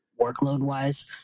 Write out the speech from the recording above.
workload-wise